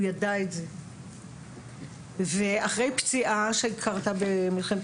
הוא ידע את זה ואחרי פציעה שקרתה במלחמת